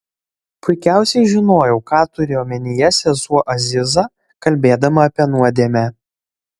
puikiausiai žinojau ką turi omenyje sesuo aziza kalbėdama apie nuodėmę